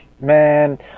man